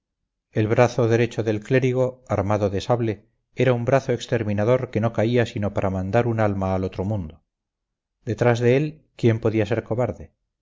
el brazo derecho del clérigo armado de sable era un brazo exterminador que no caía sino para mandar un alma al otro mundo detrás de él quién podía ser cobarde